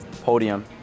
podium